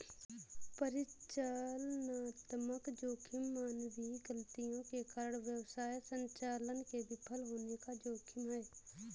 परिचालनात्मक जोखिम मानवीय गलतियों के कारण व्यवसाय संचालन के विफल होने का जोखिम है